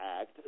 act